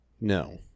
No